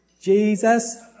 Jesus